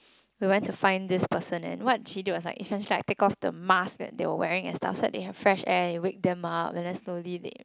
we went to find this person and what she did was like it's j~ like take off the mask that they were wearing and stuff so they have fresh air and wake them up and then slowly they